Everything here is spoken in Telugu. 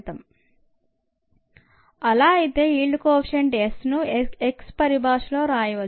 అలా అయితే ఈల్డ్ కోఎఫిషెంట్ sను x పరిభాషలో రాయవచ్చు